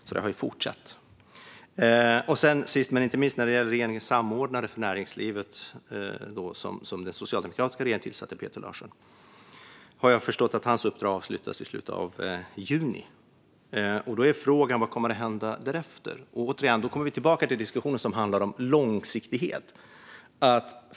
Det har alltså fortsatt. Jag har även förstått att uppdraget för regeringens samordnare för näringslivet Peter Larsson, som den socialdemokratiska regeringen tillsatte, avslutas i slutet av juni. Då är frågan: Vad kommer att hända därefter? Då kommer vi återigen tillbaka till diskussionen om långsiktighet.